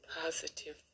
Positive